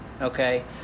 Okay